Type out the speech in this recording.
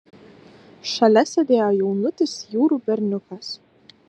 šalia sėdėjo jaunutis jurų berniukas